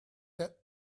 that